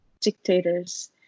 dictators